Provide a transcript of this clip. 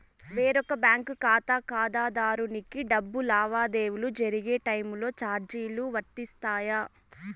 వేరొక బ్యాంకు ఖాతా ఖాతాదారునికి డబ్బు లావాదేవీలు జరిగే టైములో చార్జీలు వర్తిస్తాయా?